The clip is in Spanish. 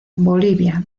bolivia